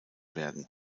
werden